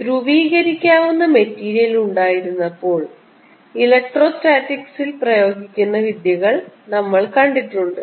ധ്രുവീകരിക്കാവുന്ന material ഉണ്ടായിരുന്നപ്പോൾ ഇലക്ട്രോസ്റ്റാറ്റിക്സിൽ ഉപയോഗിക്കുന്ന വിദ്യകൾ നമ്മൾ കണ്ടിട്ടുണ്ട്